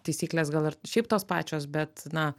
taisyklės gal ir šiaip tos pačios bet na